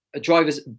drivers